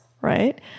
Right